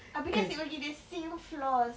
tapi dia asyik pergi the same floors